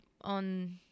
on